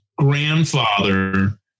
grandfather